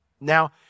Now